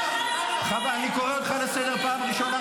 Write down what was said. אני קורא אותך לסדר פעם ראשונה,